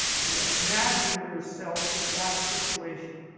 to imagine yourself in that situation,